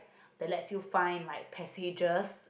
they let you find like passages